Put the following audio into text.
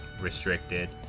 restricted